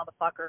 motherfucker